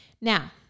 Now